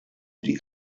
die